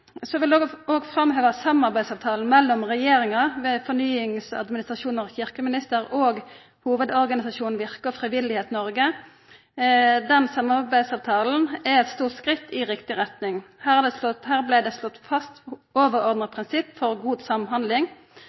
Så vil eg òg framheva samarbeidsavtalen mellom regjeringa ved fornyings-, administrasjons- og kyrkjeminister og hovudorganisasjonen Virke og Frivillighet Norge. Den samarbeidsavtalen er eit stort skritt i riktig retning. Her blei overordna prinsipp for god samhandling